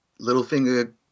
Littlefinger